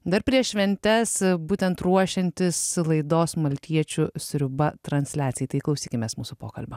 dar prieš šventes būtent ruošiantis laidos maltiečių sriuba transliacijai tai klausykimės mūsų pokalbio